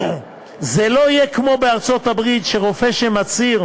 זה לא יהיה כמו בארצות-הברית, שרופא שמצהיר